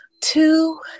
Two